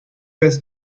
was